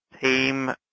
team